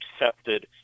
accepted